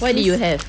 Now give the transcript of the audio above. what did you have